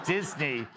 Disney